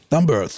Number